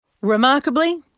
Remarkably